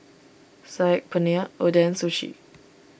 Saag Paneer Oden Sushi